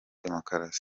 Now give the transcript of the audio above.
demokarasi